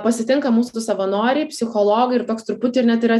pasitinka mūsų savanoriai psichologai ir toks truputį ir net yra